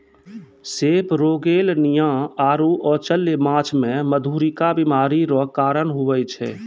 सेपरोगेलनिया आरु अचल्य माछ मे मधुरिका बीमारी रो कारण हुवै छै